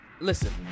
listen